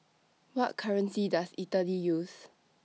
What currency Does Italy use